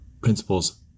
principles